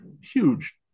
huge